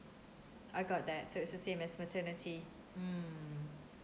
I got that so it's the same as maternity mm